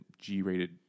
G-rated